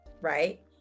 right